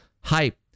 hype